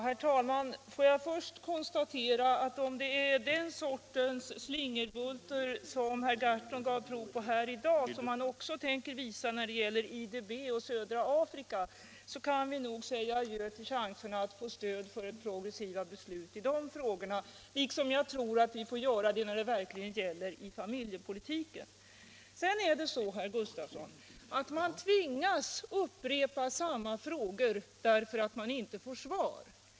Herr talman! Får jag först konstatera att om det är den sortens slingerbultar som herr Gahrton gav prov på här i dag som han också tänker visa när det gäller IDB och när det gäller södra Afrika, så kan vi nog säga adjö till chanserna att få stöd för progressiva beslut i de frågorna. Jag tror också att vi får göra det när det gäller familjepolitiken. Sedan är det så, herr socialminister, att man tvingas upprepa samma frågor därför att man inte får svar.